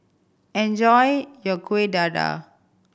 enjoy your Kuih Dadar